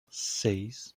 seis